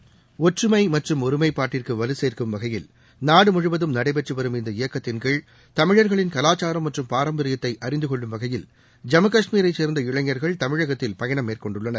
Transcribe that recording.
seconds ஒற்றுமை மற்றும் ஒருமைப்பாட்டிற்கு வலுசேர்க்கும் வகையில் நாடு முழுவதும் நடைபெற்று வரும் இந்த இயக்கத்தின்கீழ்தமிழர்களின் கலாச்சாரம் மற்றும் பாரம்பரியத்தை அறிந்து கொள்ளும் வகையில் ஜம்மு காஷ்மீரைச் சேர்ந்த இளைஞர்கள் தமிழகத்தில் பயணம் மேற்கொண்டுள்ளனர்